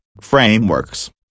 frameworks